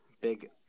big